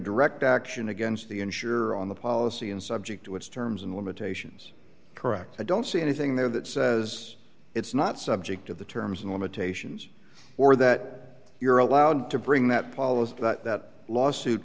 direct action against the ensure on the policy and subject to its terms and limitations correct i don't see anything there that says it's not subject to the terms and limitations or that you're allowed to bring that policy that lawsuit